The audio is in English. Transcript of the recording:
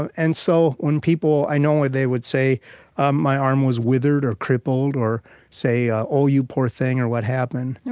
and and so when people i know when they would say um my arm was withered or crippled or say, oh, you poor thing, or, what happened?